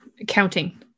accounting